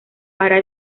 hará